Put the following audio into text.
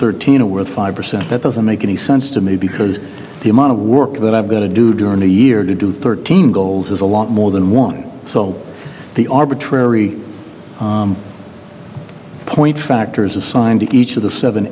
thirteen are worth five percent that doesn't make any sense to me because the amount of work that i've got to do during the year to do thirteen goals is a lot more than one so the arbitrary point factors assigned to each of the seven